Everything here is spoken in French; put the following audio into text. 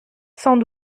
sans